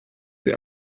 sie